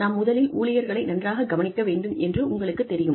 நாம் முதலில் ஊழியர்களை நன்றாக கவனிக்க வேண்டும் என்று உங்களுக்குத் தெரியும்